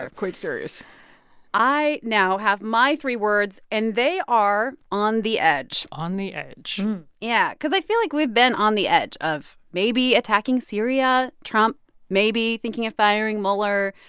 quite serious i now have my three words. and they are on the edge on the edge yeah, because i feel like we've been on the edge of maybe attacking syria, trump maybe thinking of firing mueller,